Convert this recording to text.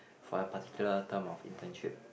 for a particular term of internship